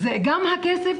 זה גם הכסף.